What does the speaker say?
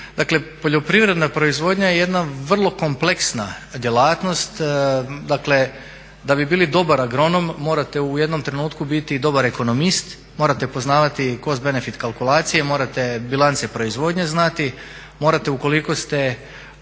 Dakle, poljoprivredna proizvodnja je jedna vrlo kompleksna djelatnost. Dakle, da bi bili dobar agronom morate u jednom trenutku biti i dobar ekonomist, morate poznavati cost benefit kalkulacije, morate bilance proizvodnje znati, morate ukoliko ste